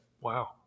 Wow